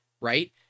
right